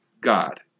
God